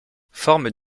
forment